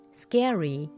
scary